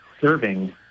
serving